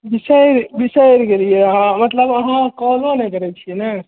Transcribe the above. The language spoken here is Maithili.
बिसरि बिसरि गेलिए अहाँ मतलब अहाँ कॉलो नहि करैत छियै नहि